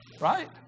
Right